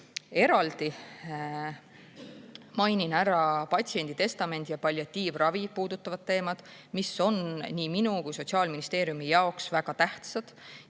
Eraldi mainin ära patsienditestamendi ja palliatiivravi puudutavad teemad, mis on nii minu kui ka Sotsiaalministeeriumi jaoks väga tähtsad